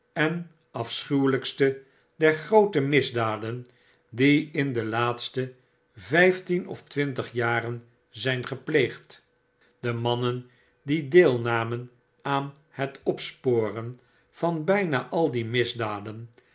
en afschuwelykste der groote misdaden die in de laatste vyftien of twintig jaren zijn gepleegd de mannen die deelnamen aan het opsporen van byna al die misdaden